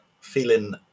feeling